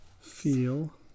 Feel